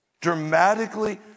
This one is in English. dramatically